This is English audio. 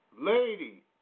Lady